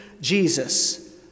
Jesus